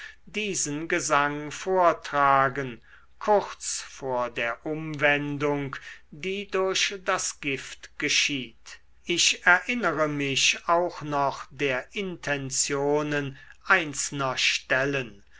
diesen gesang vortragen kurz vor der umwendung die durch das gift geschieht ich erinnere mich auch noch der intentionen einzelner stellen